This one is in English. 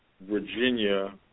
Virginia